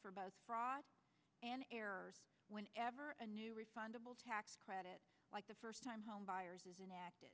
for both fraud an error when ever a new refundable tax credit like the first time homebuyers is enacted